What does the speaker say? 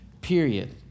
period